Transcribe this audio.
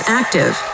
active